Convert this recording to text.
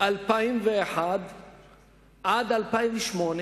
2001 עד שנת 2008